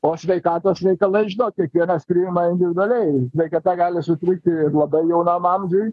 o sveikatos reikalai žinot kiekvienas priimama individualiai sveikata gali sutrikti ir labai jaunam amžiuj